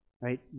right